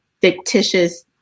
fictitious